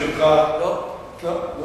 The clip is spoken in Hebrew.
לא.